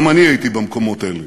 גם אני הייתי במקומות האלה,